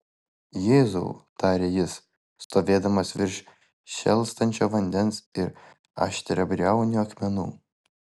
jėzau tarė jis stovėdamas virš šėlstančio vandens ir aštriabriaunių akmenų